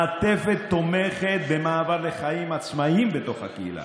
מעטפת תומכת במעבר לחיים עצמאיים בתוך הקהילה: